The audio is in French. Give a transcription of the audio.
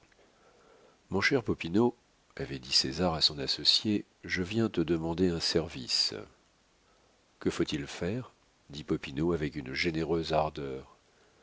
mon cher popinot avait dit césar à son associé je viens te demander un service que faut-il faire dit popinot avec une généreuse ardeur